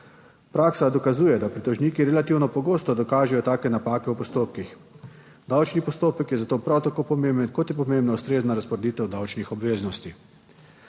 Praksa dokazuje, da pritožniki relativno pogosto dokažejo take napake v postopkih. Davčni postopek je zato prav tako pomemben, kot je pomembna ustrezna razporeditev davčnih obveznosti.